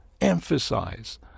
emphasize